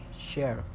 share